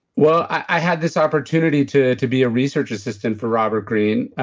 well, i had this opportunity to to be a research assistant for robert greene,